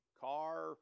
car